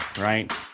right